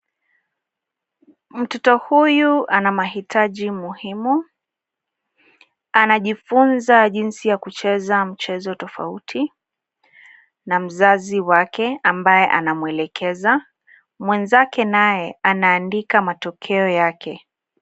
Mtoto huyu ana mahitaji muhimu. Anajifunza jinsi ya kucheza mchezo tofauti na mzazi wake ambaye anamwelekeza. Mwenzake naye anaandika matokeo yake.